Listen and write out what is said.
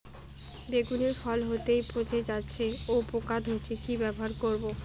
বেগুনের ফল হতেই পচে যাচ্ছে ও পোকা ধরছে কি ব্যবহার করব?